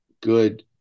good